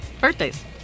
Birthdays